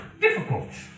difficult